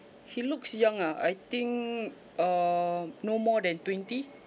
he looks young ah I think err no more than twenty